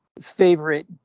favorite